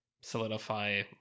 solidify